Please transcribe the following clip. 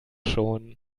schon